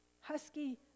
husky